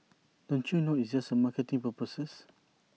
don't you know it's just for marketing purposes